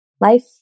Life